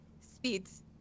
speeds